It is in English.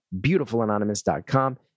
beautifulanonymous.com